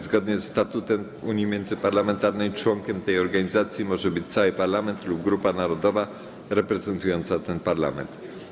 Zgodnie ze statutem Unii Międzyparlamentarnej członkiem tej organizacji może być cały parlament lub grupa narodowa reprezentująca ten parlament.